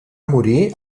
morir